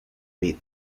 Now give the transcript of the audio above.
vid